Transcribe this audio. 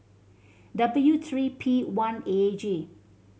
W three P one A G